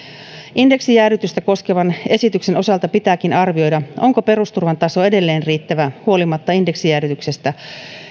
indeksijäädytystä koskevan esityksen osalta pitääkin arvioida onko perusturvan taso edelleen riittävä huolimatta indeksijäädytyksestä